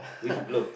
which blocks